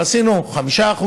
ועשינו 5%,